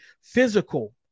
physical